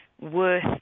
worth